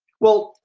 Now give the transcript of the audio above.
well,